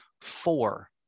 four